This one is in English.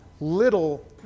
little